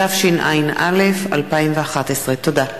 התשע"א 2011. תודה.